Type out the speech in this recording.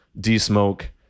D-Smoke